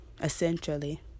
essentially